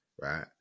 right